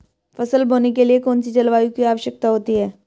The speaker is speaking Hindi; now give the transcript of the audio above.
फसल बोने के लिए कौन सी जलवायु की आवश्यकता होती है?